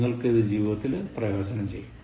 നിങ്ങൾക്ക് ഇത് ജീവിത്തിൽ പ്രയോജനം ചെയ്യും